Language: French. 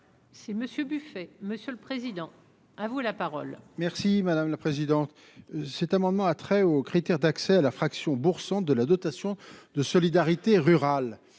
Monsieur Buffet monsieur le Président, à vous la parole. Merci madame la présidente, cet amendement a trait aux critères d'accès à la fraction bourg, centre de la dotation de solidarité rurale